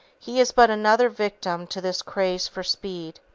he is but another victim to this craze for speed.